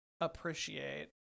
appreciate